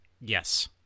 Yes